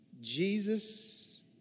Jesus